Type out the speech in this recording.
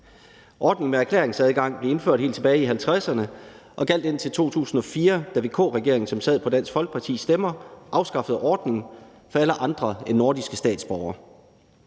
Ordningen med erklæringsadgang blev indført helt tilbage i 1950'erne og gjaldt indtil 2004, da VK-regeringen, som sad på Dansk Folkepartis stemmer, afskaffede ordningen for alle andre end nordiske statsborgere.